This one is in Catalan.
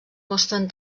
mostren